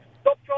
Stop